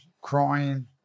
crying